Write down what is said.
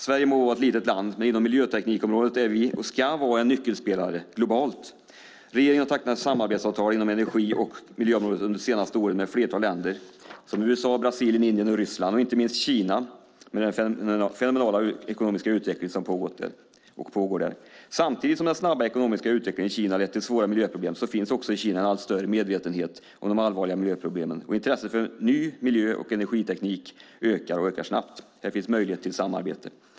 Sverige må vara ett litet land, men inom miljöteknikområdet är vi, och ska vara, en nyckelspelare globalt. Regeringen har tecknat samarbetsavtal inom energi och miljöområdet under de senaste åren med ett flertal länder - USA, Brasilien, Indien, Ryssland och inte minst med Kina med den fenomenala ekonomiska utveckling som pågår där. Samtidigt som den snabba ekonomiska utvecklingen i Kina har lett till svåra miljöproblem finns också i Kina en allt större medvetenhet om de allvarliga miljöproblemen. Intresset för ny miljö och energiteknik ökar snabbt. Här finns möjlighet till samarbete.